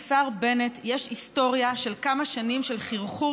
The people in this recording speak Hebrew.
לשר בנט יש היסטוריה של כמה שנים של חרחור